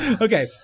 Okay